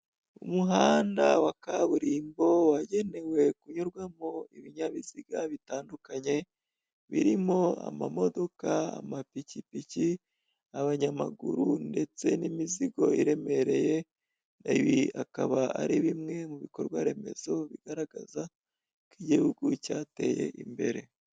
Umuhanda wa kaburimbo wagenewe kunyurwamo ibinyabiziga bitandukanye birimo: ama modoka, amapikipiki, abanyamaguru ndetse n'imizigo iremereye; ibi akaba ari bimwe mu bikorwaremezo bigaragaza ko igihugu cyateye imbere.